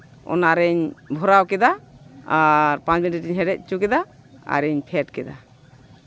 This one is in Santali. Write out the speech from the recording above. ᱚᱱᱟᱨᱤᱧ ᱵᱷᱚᱨᱟᱣ ᱠᱮᱫᱟ ᱟᱨ ᱯᱟᱸᱪ ᱢᱤᱱᱤᱴ ᱤᱧ ᱦᱮᱰᱮᱡ ᱦᱚᱪᱚ ᱠᱮᱫᱟ ᱟᱨᱤᱧ ᱯᱷᱮᱰ ᱠᱮᱫᱟ